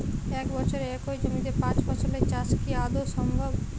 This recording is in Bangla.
এক বছরে একই জমিতে পাঁচ ফসলের চাষ কি আদৌ সম্ভব?